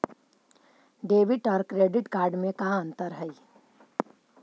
Debit और credit card में का अंतर हइ?